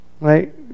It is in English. right